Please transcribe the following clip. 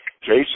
Jason